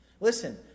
listen